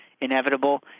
inevitable